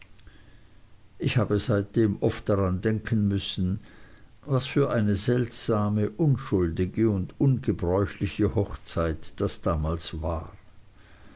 ich habe seitdem oft daran denken müssen was für eine seltsame unschuldige und ungebräuchliche art hochzeit das damals war